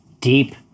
deep